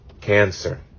cancer